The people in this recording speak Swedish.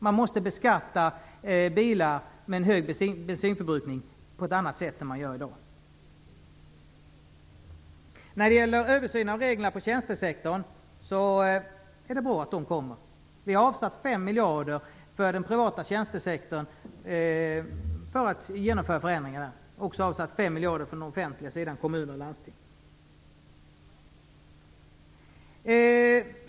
Man måste beskatta bilar med en hög bensinförbrukning på ett annat sätt än man gör i dag. Däremot tycker vi att det är bra att det kommer en översyn av reglerna på tjänstesektorn. Vi har avsatt 5 miljarder för att genomföra förändringar på den privata tjänstesektorn. Vi har också avsatt 5 miljarder för den offentliga sidan - kommuner och landsting.